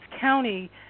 County